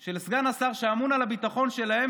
של סגן השר שאמון על הביטחון שלהם,